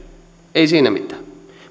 ei siinä mitään